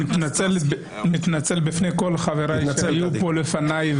אני מתנצל בפני כל חבריי שהיו כאן לפני.